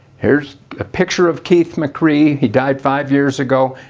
here's a picture of keith mccree. he died five years ago.